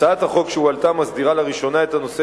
הצעת החוק שהועלתה מסדירה לראשונה את הנושא